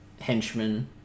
henchmen